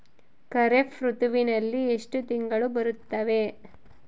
ಖಾರೇಫ್ ಋತುವಿನಲ್ಲಿ ಎಷ್ಟು ತಿಂಗಳು ಬರುತ್ತವೆ?